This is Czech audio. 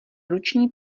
ruční